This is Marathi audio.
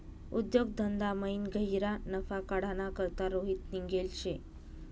उद्योग धंदामयीन गह्यरा नफा काढाना करता रोहित निंघेल शे